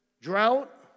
drought